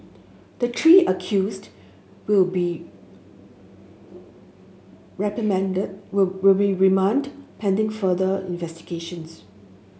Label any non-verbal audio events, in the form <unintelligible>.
the three accused will be <unintelligible> remanded pending further investigations